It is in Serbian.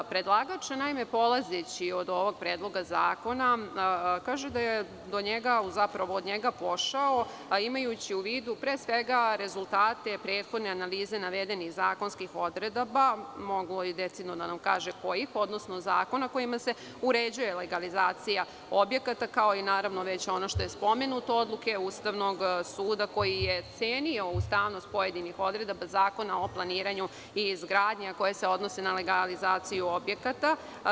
Predlagač, naime, polazeći od ovog predloga zakona, kaže da je od njega pošao, imajući u vidu pre svega rezultate prethodne analize navedenih zakonskih odredaba, mogao je decidno da nam kaže i kojih, odnosno zakona kojima se uređuje legalizacija objekata, kao i već ono što je spomenuto, odluke Ustavnog suda, koji je cenio ustavnost pojedinih odredaba Zakona o planiranju i izgradnji, a koje se odnose na legalizaciju objekata.